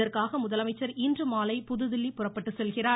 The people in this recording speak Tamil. இதற்காக முதலமைச்சர் இன்றுமாலை புதுதில்லி புறப்பட்டு செல்கிறார்